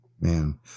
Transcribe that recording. man